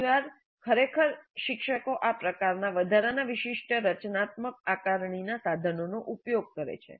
ઘણી વાર ખરેખર શિક્ષકો આ પ્રકારના વધારાના વિશિષ્ટ રચનાત્મક આકારણીનાં સાધનોનો ઉપયોગ કરે છે